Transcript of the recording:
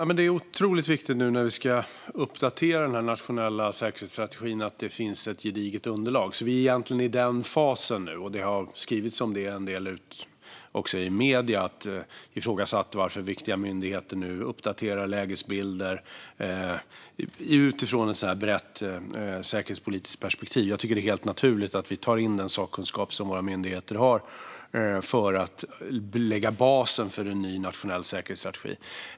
Fru talman! Nu när vi ska uppdatera den nationella säkerhetsstrategin är det otroligt viktigt att det finns ett gediget underlag. Vi är egentligen i den fasen nu, och det har skrivits om det en del i medier. Det har ifrågasatts varför viktiga myndigheter nu uppdaterar lägesbilder utifrån ett brett säkerhetspolitiskt perspektiv. Jag tycker att det är helt naturligt att vi tar in den sakkunskap som våra myndigheter har för att lägga basen för en ny nationell säkerhetsstrategi.